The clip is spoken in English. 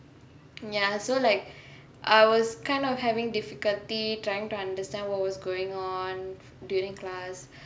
ya so like I was kind of having difficulty trying to understand what was going on during class